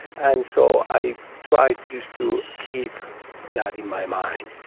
and so i tried just to keep that in my mind.